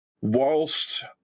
Whilst